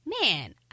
man